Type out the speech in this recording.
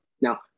Now